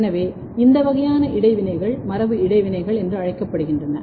எனவே இந்த வகையான இடைவினைகள் மரபணு இடைவினைகள் என்று அழைக்கப்படுகின்றன